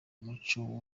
muco